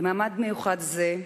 במעמד מיוחד זה,